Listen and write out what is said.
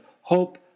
hope